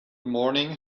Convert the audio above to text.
morning